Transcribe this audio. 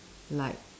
like